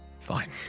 Fine